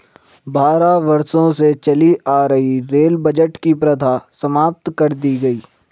बारह वर्षों से चली आ रही रेल बजट की प्रथा समाप्त कर दी गयी